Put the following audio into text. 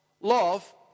love